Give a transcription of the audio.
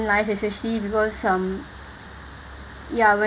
life especially because um ya